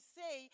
say